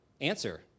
answer